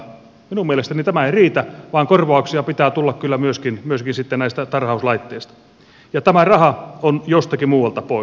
minun mielestäni tämä ei riitä vaan korvauksia pitää tulla kyllä myöskin sitten näistä tarhauslaitteista ja tämä raha on jostakin muualta pois